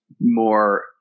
more